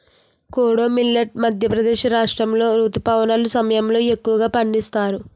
kodo millet Madhya Pradesh రాష్ట్రాములో రుతుపవనాల సమయంలో ఎక్కువగా పండిస్తారు